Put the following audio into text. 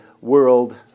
World